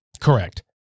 Correct